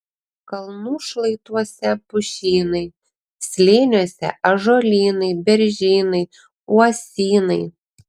kalnų šlaituose pušynai slėniuose ąžuolynai beržynai uosynai